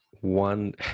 one